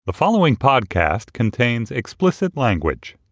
the following podcast contains explicit language